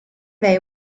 they